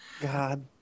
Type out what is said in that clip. God